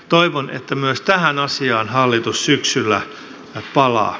toivon että myös tähän asiaan hallitus syksyllä palaa